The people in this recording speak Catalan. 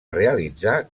realitzar